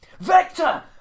Vector